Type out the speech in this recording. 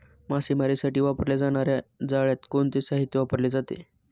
मासेमारीसाठी वापरल्या जाणार्या जाळ्यात कोणते साहित्य वापरले जाते?